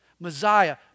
Messiah